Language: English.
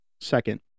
second